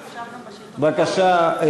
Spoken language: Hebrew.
בבקשה,